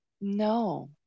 no